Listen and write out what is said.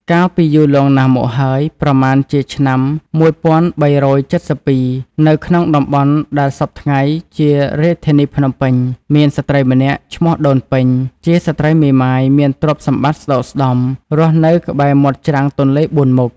កាលពីយូរលង់ណាស់មកហើយ ប្រមាណជាឆ្នាំ ១៣៧២ នៅក្នុងតំបន់ដែលសព្វថ្ងៃជារាជធានីភ្នំពេញ មានស្ត្រីម្នាក់ឈ្មោះ ដូនពេញ ជាស្ត្រីមេម៉ាយមានទ្រព្យសម្បត្តិស្ដុកស្ដម្ភ រស់នៅក្បែរមាត់ច្រាំងទន្លេបួនមុខ។